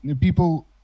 people